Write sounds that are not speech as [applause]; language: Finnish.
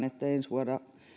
[unintelligible] että ensi vuonna